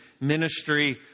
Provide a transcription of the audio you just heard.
ministry